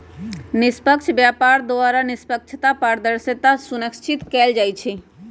निष्पक्ष व्यापार द्वारा निष्पक्षता, पारदर्शिता सुनिश्चित कएल जाइ छइ